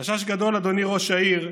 חשש גדול, אדוני ראש העירייה,